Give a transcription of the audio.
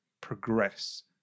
progress